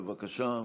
בבקשה,